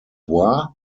bois